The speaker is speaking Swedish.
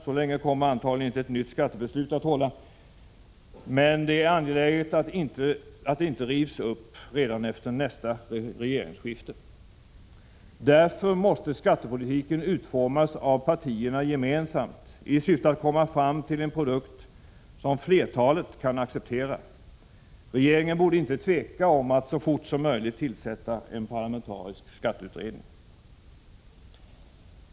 Så länge kommer antagligen inte ett nytt skattebeslut att hålla, men det är angeläget att det inte rivs upp redan efter nästa regeringsskifte. Därför måste skattepolitiken utformas av partierna gemensamt i syfte att komma fram till en produkt som flertalet kan acceptera. Regeringen borde inte tveka om att så fort som möjligt tillsätta en parlamentarisk skatteutredning.